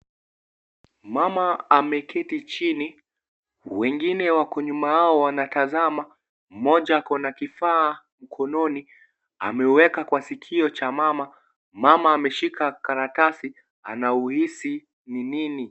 Mama ameketi chini, wengine wako nyuma yao wanatazama, mmoja akonna kifaa mkononi ameuweka kwa sikio cha mama, mama ameshika karatasi anauhisi ni nini.